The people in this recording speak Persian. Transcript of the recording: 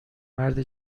مرد